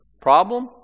Problem